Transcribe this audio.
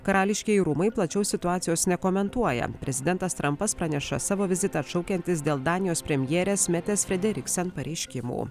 karališkieji rūmai plačiau situacijos nekomentuoja prezidentas trampas praneša savo vizitą atšaukiantis dėl danijos premjerės metės frederiksen pareiškimų